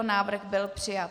Návrh byl přijat.